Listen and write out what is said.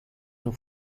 nous